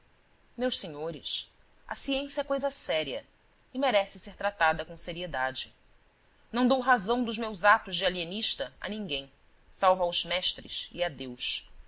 meus senhores a ciência é coisa séria e merece ser tratada com seriedade não dou razão dos meus atos de alienista a ninguém salvo aos mestres e a deus